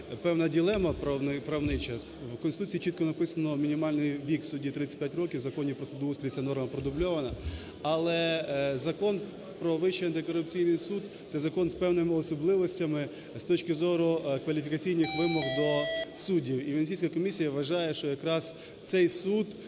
певна дилема правнича: в Конституції чітко написано мінімальний вік судді 35 років, в Законі про судоустрій ця нормапродубльована. Але Закон про Вищий антикорупційний суд – це закон з певними особливостями з точки зору кваліфікаційних вимог до суддів. І Венеційська комісія вважає, що якраз цей суд –